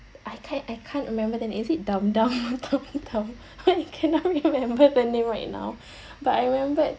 I can't I can't remember the name is it dumb dumb dumb dumb I cannot remember the name right now but I remembered